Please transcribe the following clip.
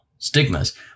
Stigmas